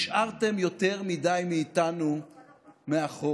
השארתם יותר מדי מאיתנו מאחור.